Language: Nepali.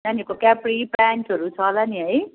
नानीहरूको क्याप्री प्यान्टहरू छ होला नि है